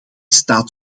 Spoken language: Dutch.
staat